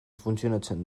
funtzionatzen